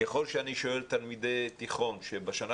ככל שאני שואל תלמידי תיכון שהם בשנה